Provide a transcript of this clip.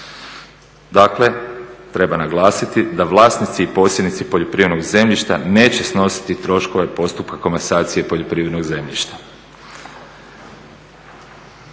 Dakle, treba naglasiti da vlasnici i posjednici poljoprivrednog zemljišta neće snositi troškove postupka komasacije poljoprivrednog zemljišta.